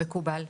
מקובל.